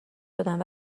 دادن